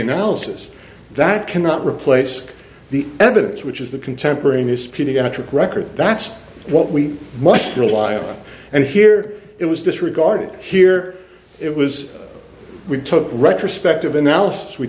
analysis that cannot replace the evidence which is the contemporaneous paediatric record that's what we must rely on and here it was disregarded here it was we took a retrospective analysis we